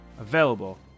available